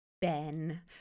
Ben